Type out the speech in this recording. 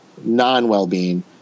non-well-being